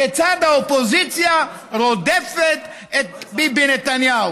כיצד האופוזיציה רודפת את ביבי נתניהו.